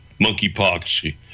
monkeypox